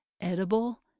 edible